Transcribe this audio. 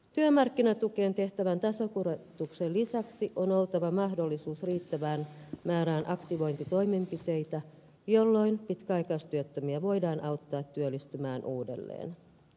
työmarkkinatukeen tehtävän tasokorotuksen lisäksi on oltava mahdollisuus riittävään määrään aktivointitoimenpiteitä jolloin pitkäaikaistyöttömiä voidaan auttaa työllistymään uudelleen